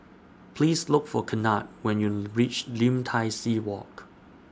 Please Look For Kennard when YOU REACH Lim Tai See Walk